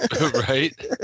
Right